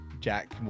Jack